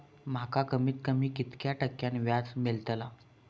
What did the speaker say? माका कमीत कमी कितक्या टक्क्यान व्याज मेलतला?